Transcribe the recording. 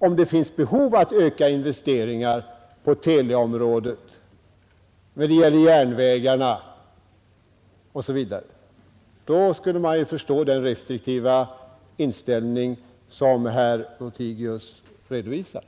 huruvida ett behov föreligger att öka investeringar på teleområdet, när det gäller järnvägarna osv., är det klart att man förstår den restriktiva inställning som herr Lothigius redovisar.